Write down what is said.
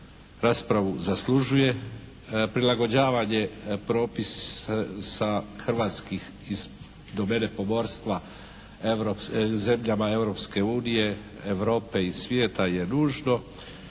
raspravu zaslužuje, prilagođavanje propisa hrvatskih iz domene pomorstva zemljama Europske unije, Europe i svijeta je nužno.